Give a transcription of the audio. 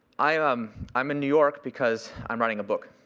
i'm i'm in new york because i'm writing a book.